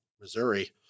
Missouri